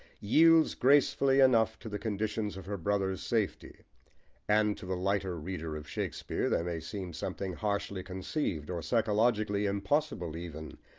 yields gracefully enough to the conditions of her brother's safety and to the lighter reader of shakespeare there may seem something harshly conceived, or psychologically impossible even,